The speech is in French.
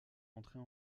entrée